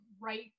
right